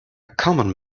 common